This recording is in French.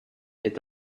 est